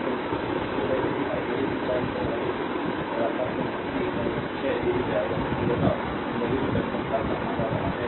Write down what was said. तो जैसे ही आई घड़ी की चाल को आगे बढ़ाता हूं कि 6 तेजी से आएगा क्योंकि यह नेगेटिव टर्मिनल का सामना कर रहा है